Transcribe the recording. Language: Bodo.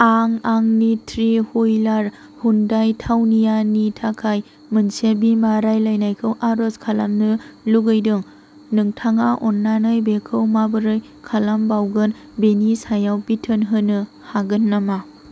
आं आंनि थ्रि व्हिलार हिय'न्दे थावनियानि थाखाय मोनसे बिमा रायज्लायनायखौ आरज खालामनो लुबैदों नोंथाङा अन्नानै बेखौ माबोरै खालामबावगोन बेनि सायाव बिथोन होनो हागोन नामा